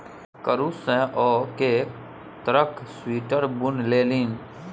कुरूश सँ ओ कैक तरहक स्वेटर बुनि लेलनि